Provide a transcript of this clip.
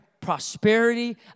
prosperity